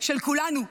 של כולנו.